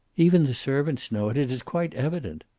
even the servants know it. it is quite evident.